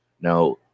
now